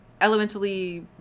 elementally